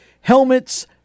helmets